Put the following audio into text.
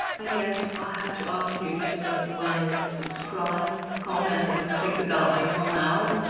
i guess i'll have to ask you to like, subscribe, comment, and click the bell icon now.